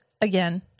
Again